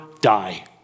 die